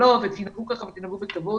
אל תעשו כך ותנהגו כך וכך.